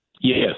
Yes